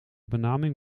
benaming